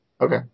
Okay